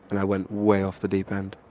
and i went way off the deep end.